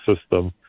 system